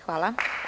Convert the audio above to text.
Hvala.